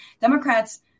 Democrats